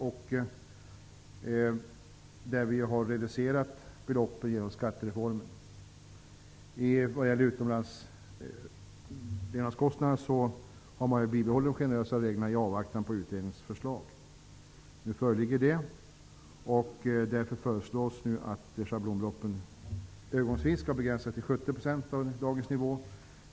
Avdragsbeloppen för resor inom landet reducerades genom skattereformen, medan de generösare reglerna för levnadskostnader utomlands har bibehållits i avvaktan på utredningens förslag. Nu föreligger detta förslag. Det föreslås där att schablonbeloppen övergångsvis begränsas till 70 % av dagens nivå.